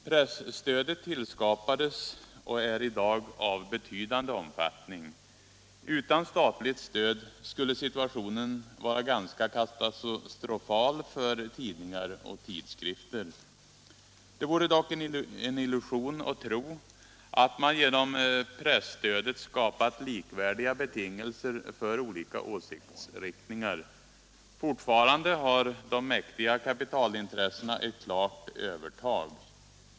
Presstödet tillskapades och är i dag av betydande omfattning. Utan statligt stöd skulle situationen vara ganska katastrofal för tidningar och tidskrifter. Det vore dock en illusion att tro att man genom presstödet skapat likvärdiga betingelser för olika åsiktsriktningar. Fortfarande har de mäktiga kapitalintressena ett klart övertag.